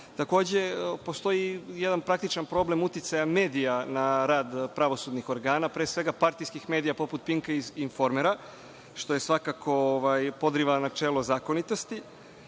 Postoji jedan praktičan problem uticaj medija na rad pravosudnih organa, pre svega partijskih medija poput Pinka i Informera, što svakako podriva načelo zakonitosti. Vi